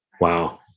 Wow